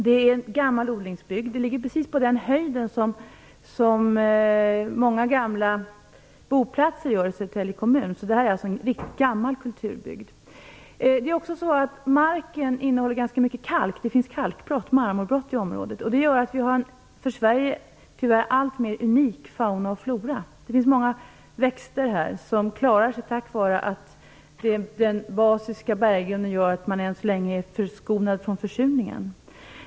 Det är en gammal odlingsbygd, och det ligger precis på samma höjd som många gamla boplatser i Södertälje kommun gör. Detta är alltså en riktigt gammal kulturbygd. Marken innehåller ganska mycket kalk. Det finns kalkbrott och marmorbrott i området, vilket gör att vi har en för Sverige - tyvärr - alltmer unik flora och fauna här. Det finns många växter som klarar sig tack vare att den basiska berggrunden gör att man än så länge är förskonad från försurningen.